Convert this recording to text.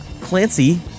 Clancy